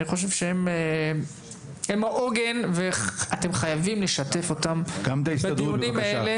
אני חושב שהם העוגן ואתם חייבים לשתף אותם בדיונים האלה.